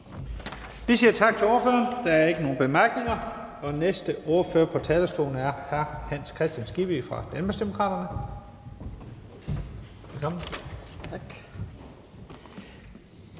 Vi siger tak til ordføreren. Der er ikke nogen korte bemærkninger. Næste ordfører på talerstolen er hr. Hans Kristian Skibby fra Danmarksdemokraterne.